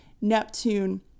Neptune